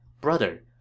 Brother